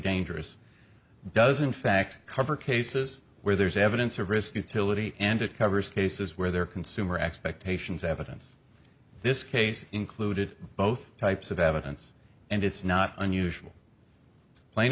dangerous doesn't fact cover cases where there is evidence of risk utility and it covers cases where there consumer expectations evidence this case included both types of evidence and it's not unusual plain